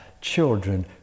children